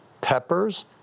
peppers